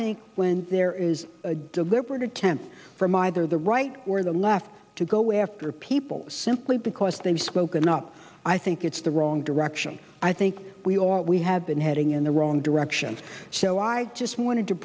think when there is a deliberate attempt from either the right or the left to go after people simply because they've spoken up i think it's the wrong direction i think we we had been heading in the wrong direction so i just wanted to